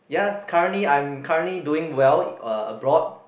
yes currently I'm currently doing well uh abroad